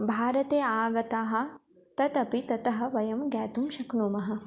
भारते आगतः ततपि ततः वयं ज्ञातुं शक्नुमः